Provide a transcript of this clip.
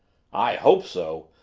i hope so!